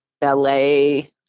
ballet